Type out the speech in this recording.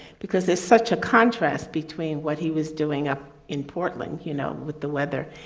because there's such a contrast between what he was doing up in portland, you know, with the weather.